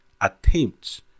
attempts